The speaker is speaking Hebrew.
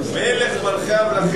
מלך מלכי המלכים,